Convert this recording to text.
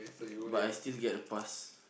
but I still get a pass